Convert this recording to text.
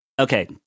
okay